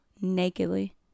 nakedly